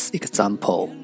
example